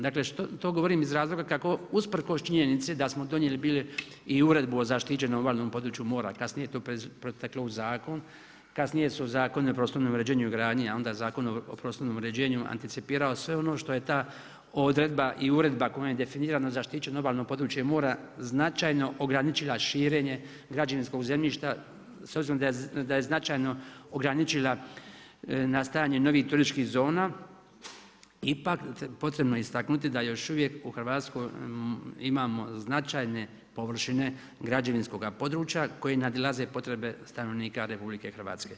Dakle to govorim iz razloga kako usprkos činjenici da smo donijeli bili i Uredbu o zaštićenom obalnom području mora, kasnije je to proteklo u zakon, kasnije su u Zakon o prostornom uređenju i gradnji, a onda Zakon o prostornom uređenju anticipirao sve ono što je ta odredba i uredba u kojoj je definirano zaštićeno obalno područje mora značajno ograničila širenje građevinskog zemljišta s obzirom da je značajno ograničila nastajanje novih turističkih zona, ipak potrebno je istaknuti da još uvijek u Hrvatskoj imamo značajne površine građevinskoga područja koji nadilaze potrebe stanovnika RH.